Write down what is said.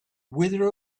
wither